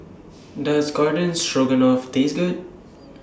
Does Garden Stroganoff Taste Good